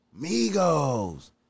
Migos